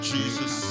Jesus